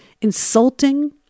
insulting